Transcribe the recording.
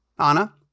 Anna